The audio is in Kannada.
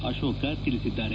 ಅಶೋಕ ತಿಳಿಸಿದ್ದಾರೆ